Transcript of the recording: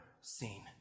seen